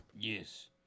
Yes